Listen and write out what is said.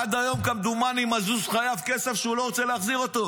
עד היום כמדומני מזוז חייב כסף שהוא לא רוצה להחזיר אותו,